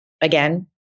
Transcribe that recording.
Again